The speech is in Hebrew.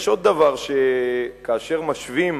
יש עוד דבר, שכאשר משווים